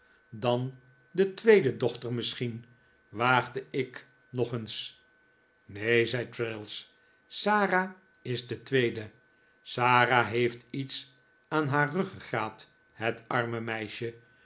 dan de tweede dochter misschieh waagde ik nog eens neen zei traddles sara is de tweede sara heeft iets aan haar ruggegraat het arme meisje